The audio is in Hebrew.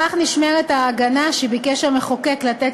בכך נשמרת ההגנה שביקש המחוקק לתת